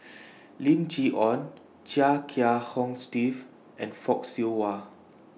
Lim Chee Onn Chia Kiah Hong Steve and Fock Siew Wah